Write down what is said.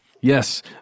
Yes